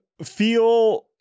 feel